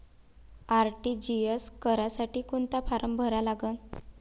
RTGS करासाठी कोंता form भरा लागन?